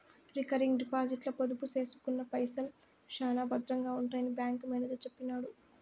recurring డిపాజిట్ల పొదుపు సేసుకున్న పైసల్ శానా బద్రంగా ఉంటాయని బ్యాంకు మేనేజరు సెప్పినాడు